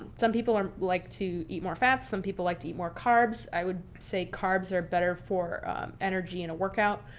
some people like to eat more fats, some people like to eat more carbs. i would say carbs are better for energy in a workout,